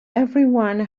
everyone